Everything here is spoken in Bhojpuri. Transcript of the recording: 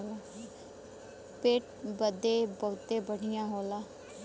पेट बदे बहुते बढ़िया होला